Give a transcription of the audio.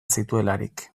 zituelarik